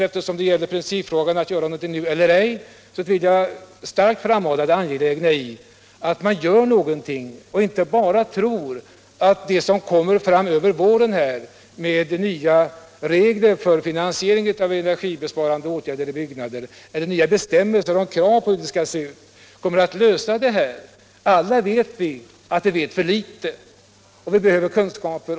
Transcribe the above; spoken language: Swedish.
Eftersom det gäller principfrågan att göra någonting nu eller ej, vill jag emellertid starkt framhålla det angelägna i att man gör någonting och inte bara tror att det som kommer fram under våren — nya regler för finansiering av energibesparande åtgärder i byggnader eller nya bestämmelser med krav på hur det skall se ut — kommer att lösa problemen. Alla inser vi att vi vet för litet. Vi behöver kunskaper.